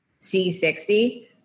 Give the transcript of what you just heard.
C60